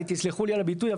תסלחו לי על הביטוי,